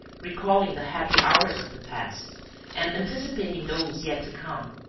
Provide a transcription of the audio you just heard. recalling the happy hours of the past and anticipating those yet to come.